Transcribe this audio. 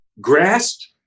grasped